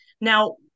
Now